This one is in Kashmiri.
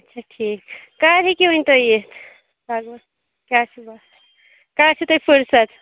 اَچھا ٹھیٖک کر ہیٚکِو وۅنۍ تُہۍ یِتھ لگ بگ کیٛاہ چھُو باسان کر چھَو تۄہہِ فرصت